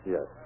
Yes